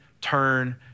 turn